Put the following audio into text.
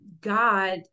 God